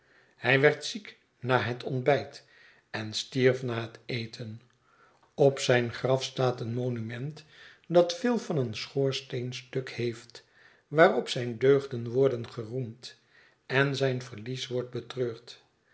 hij werd ziek na het ontbijt en stierf na den eten op zijn graf staat een monument dat veel van een schoorsteenstuk heeft waarop zijn deugden worden geroemd en zijn verlies wordt betreurd